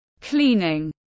cleaning